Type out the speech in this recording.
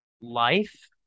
life